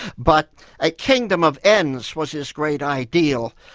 but a kingdom of ends was his great ideal,